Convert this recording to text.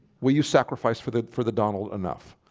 will you sacrifice for that for the donald enough?